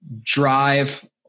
drive